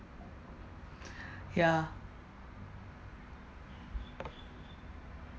yeah